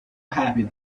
happy